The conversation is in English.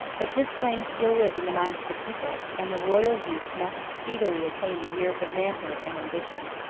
but his claims still lived in the minds of the people and the royal youth must speedily attain the years of manhood and ambition.